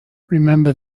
remember